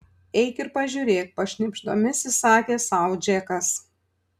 eik ir pažiūrėk pašnibždomis įsakė sau džekas